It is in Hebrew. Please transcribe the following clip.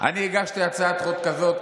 אני הגשתי הצעת חוק כזאת,